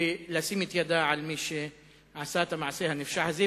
לשים את ידה על מי שעשה את המעשה הנפשע הזה,